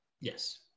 Yes